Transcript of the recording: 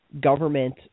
government